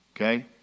Okay